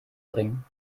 bringen